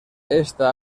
esta